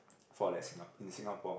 for like Sing~ in Singapore